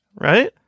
Right